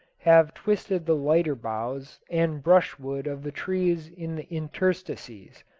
have twisted the lighter boughs and brushwood of the trees in the interstices.